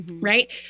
right